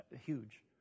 huge